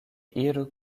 iru